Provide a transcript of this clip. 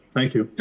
thank you.